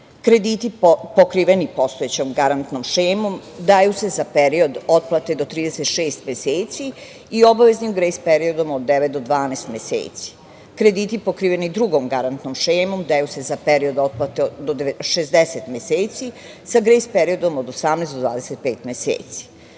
Krediti pokriveni postojećom garantnom šemom daju se za period otplate do 36 meseci i obaveznim grejs periodom od devet do 12 meseci. Krediti pokriveni drugom garantnom šemom daju se za period otplate do 60 meseci sa grejs periodom od 18 do 25 meseci. Nadam